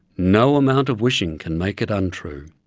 no amount of wishing can make it untrue.